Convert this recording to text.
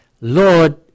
Lord